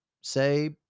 say